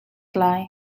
lai